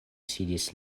sidis